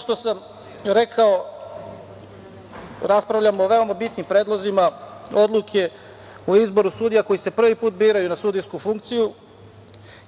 što sam rekao, raspravljamo o veoma bitnim predlozima odluke, o izboru sudija koji se prvi put biraju na sudijsku funkciju